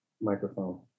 microphone